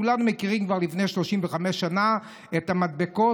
כולם מכירים כבר מלפני 35 שנה את המדבקות.